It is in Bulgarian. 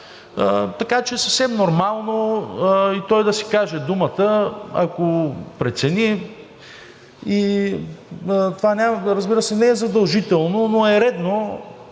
Така че е съвсем нормално и той да си каже думата, ако прецени. Това, разбира се, не е задължително, но е редно,